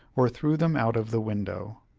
or threw them out of the window.